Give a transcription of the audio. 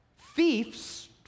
thieves